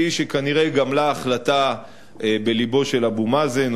היא שכנראה גמלה החלטה בלבו של אבו מאזן